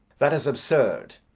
that is absurd!